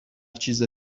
چیز